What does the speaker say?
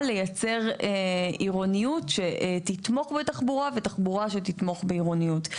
לייצר עירוניות שתתמוך בתחבורה ותחבורה שתתמוך בעירוניות.